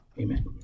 Amen